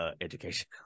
education